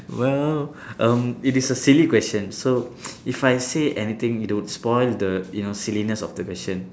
well um it is a silly question so if I say anything it would spoil the you know silliness of the question